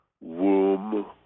womb